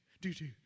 do-do